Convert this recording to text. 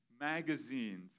magazines